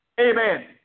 Amen